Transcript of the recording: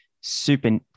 super